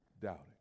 doubting